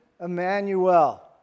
emmanuel